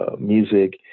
music